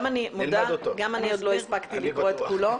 אני מודה גם אני לא הספקתי לקרוא את כולו.